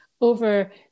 over